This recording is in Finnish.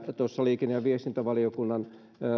tuossa liikenne ja viestintävaliokunnan